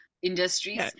industries